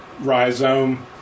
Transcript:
rhizome